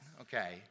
okay